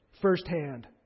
firsthand